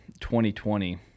2020